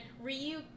Ryu